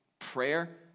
Prayer